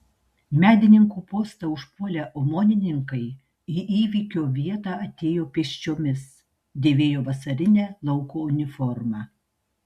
medininkų postą užpuolę omonininkai į įvykio vietą atėjo pėsčiomis dėvėjo vasarinę lauko uniformą